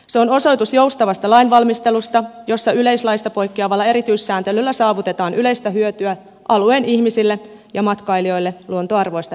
se on osoitus joustavasta lainvalmistelusta jossa yleislaista poikkeavalla erityissääntelyllä saavutetaan yleistä hyötyä alueen ihmisille ja matkailijoille luontoarvoista tinkimättä